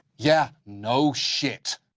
yeah. no shit.